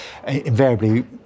invariably